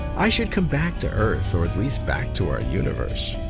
i should come back to earth or at least back to our universe.